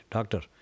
Doctor